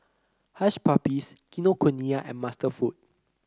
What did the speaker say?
Hush Puppies Kinokuniya and Master Foods